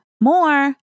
more